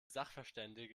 sachverständige